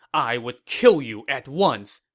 i would kill you at once!